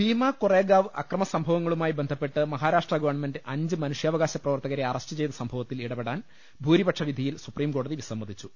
ഭീമാ കൊറേഗാവ് അക്രമസംഭവങ്ങളുമായി ബന്ധപ്പെട്ട് മഹാരാഷ്ട്ര ഗവൺമെന്റ് അഞ്ച് മനുഷ്യാവകാശ പ്രവർത്തകരെ അറസ്റ്റുചെയ്ത സംഭവത്തിൽ ഇടപെടാൻ ഭൂരിപക്ഷവിധിയിൽ സുപ്രീംകോടതി വിസമ്മതിച്ചു